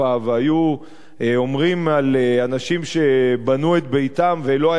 והיו אומרים על אנשים שבנו את ביתם ולא היה להם